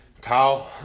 Kyle